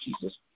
jesus